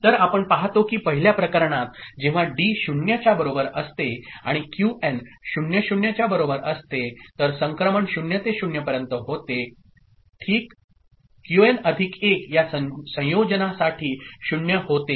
तर आपण पाहतो की पहिल्या प्रकरणात जेव्हा डी 0 च्या बरोबर असते आणि Qn 0 0 च्या बरोबर असते तर संक्रमण 0 ते 0 पर्यंत होते ओके Qn अधिक 1 या संयोजनासाठी 0 होते